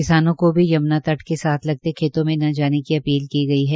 किसानों को भी यमुना तट के साथ लगते खेतों में न जाने की अपील की गई है